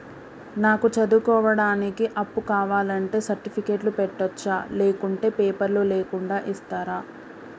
నాకు చదువుకోవడానికి అప్పు కావాలంటే సర్టిఫికెట్లు పెట్టొచ్చా లేకుంటే పేపర్లు లేకుండా ఇస్తరా?